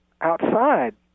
outside